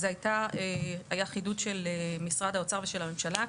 אז הייתה, היה חידוד של משרד האוצר ושל הממשלה,